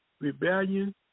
Rebellion